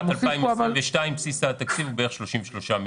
בשנת 2022 בסיס התקציב הוא בערך 33 מיליון.